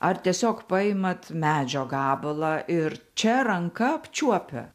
ar tiesiog paimat medžio gabalą ir čia ranka apčiuopia